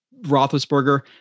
Roethlisberger